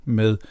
med